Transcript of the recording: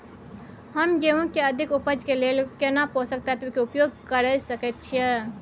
हम गेहूं के अधिक उपज के लेल केना पोषक तत्व के उपयोग करय सकेत छी?